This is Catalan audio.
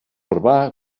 urbà